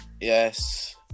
Yes